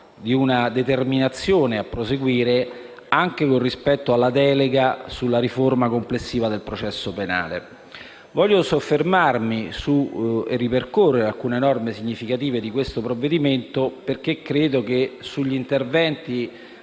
di una determinazione a proseguire anche rispetto alla delega sulla riforma complessiva del processo penale. Vorrei soffermarmi e ripercorrere alcune norme significative di questo provvedimento. Come ho detto